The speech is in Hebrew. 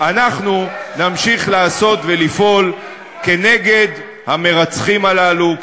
אנחנו נמשיך לעשות ולפעול כנגד המרצחים הללו,